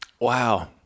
Wow